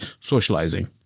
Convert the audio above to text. socializing